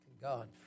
God